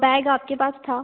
bag आपके पास था